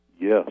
Yes